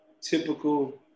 typical